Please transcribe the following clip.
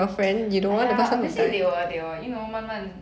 !aiya! obviously they will they will you know 慢慢